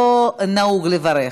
נא להצביע.